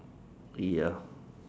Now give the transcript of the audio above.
ya